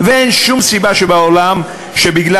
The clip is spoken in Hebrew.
ואין שום סיבה בעולם שבגלל,